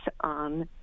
on